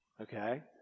Okay